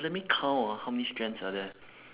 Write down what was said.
let me count ah how many strands are there